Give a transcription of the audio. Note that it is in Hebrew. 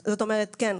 כן.